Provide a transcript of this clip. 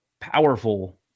powerful